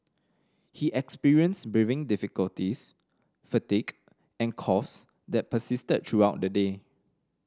he experienced breathing difficulties fatigue and coughs that persisted throughout the day